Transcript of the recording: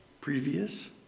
previous